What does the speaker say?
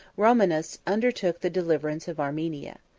romanus undertook the deliverance of armenia.